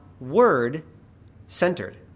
word-centered